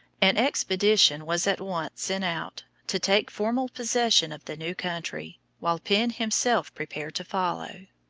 an expedition was at once sent out to take formal possession of the new country, while penn himself prepared to follow.